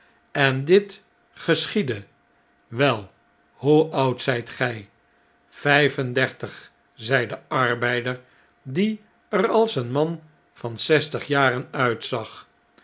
en dit geschiedde wel hoe oud zjjt gjj vjjf en dertig zei de arbeider die er als een man van zestig jaren uitzag